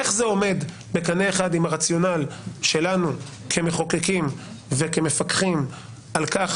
איך זה עומד בקנה אחד עם הרציונל שלנו כמחוקקים וכמפקחים על כך